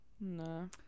No